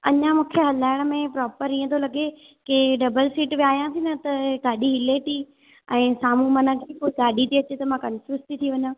अञा मुखे हलायण मे प्रोपर ईंअ तो लॻे के डबल सीट वेहायां ती न त गाॾी हिले ती ऐं सामूं मन कोई गाॾी ती अचे त मा कंफ्यूज ती थी वञा